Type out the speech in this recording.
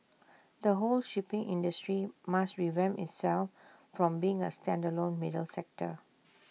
the whole shipping industry must revamp itself from being A standalone middle sector